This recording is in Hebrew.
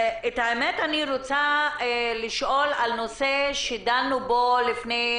אני רוצה לשאול על נושא שדנו בו בוועדה לפני